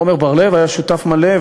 עמר בר-לב היה שותף מלא,